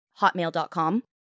hotmail.com